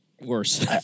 Worse